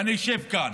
ואני אשב כאן,